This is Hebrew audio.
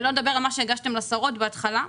שלא לדבר על מה שהגשתם בהתחלה לשרות,